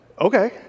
Okay